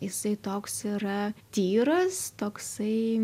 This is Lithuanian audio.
jisai toks yra tyras toksai